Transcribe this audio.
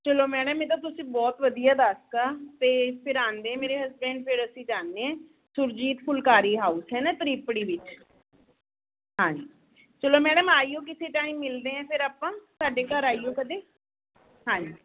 ਚਲੋ ਮੈਡਮ ਇਹ ਤਾਂ ਤੁਸੀਂ ਬਹੁਤ ਵਧੀਆ ਦੱਸਤਾ ਅਤੇ ਫਿਰ ਆਉਂਦੇ ਮੇਰੇ ਹਸਬੈਂਡ ਫਿਰ ਅਸੀਂ ਜਾਂਦੇ ਹਾਂ ਸੁਰਜੀਤ ਫੁਲਕਾਰੀ ਹਾਊਸ ਹੈ ਨਾ ਤ੍ਰਿਪੜੀ ਵਿੱਚ ਹਾਂਜੀ ਚਲੋ ਮੈਡਮ ਆਇਓ ਕਿਸੇ ਟਾਈਮ ਮਿਲਦੇ ਹਾਂ ਫਿਰ ਆਪਾਂ ਸਾਡੇ ਘਰ ਆਇਓ ਕਦੇ ਹਾਂਜੀ